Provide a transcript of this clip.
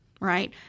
Right